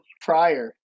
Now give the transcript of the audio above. prior